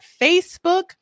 Facebook